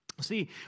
See